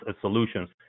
solutions